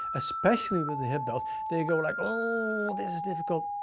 especially with the hip belt, they go like, oh, this is difficult.